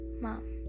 mom